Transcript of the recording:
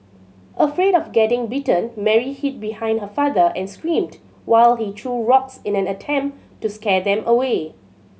afraid of getting bitten Mary hid behind her father and screamed while he threw rocks in an attempt to scare them away